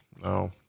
No